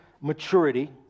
maturity